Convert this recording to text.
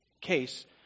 case